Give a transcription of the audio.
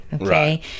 Okay